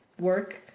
work